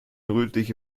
rötliche